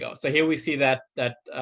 yeah so here we see that that